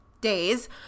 days